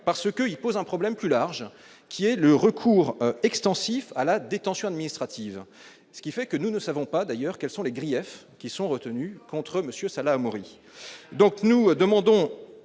parce que il pose un problème plus large qui est le recours extensif à la détention administrative, ce qui fait que nous ne savons pas, d'ailleurs, quels sont les griefs qui sont retenus contre Monsieur Salah Hamouri,